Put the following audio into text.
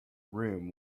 room